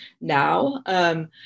now